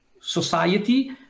society